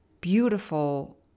beautiful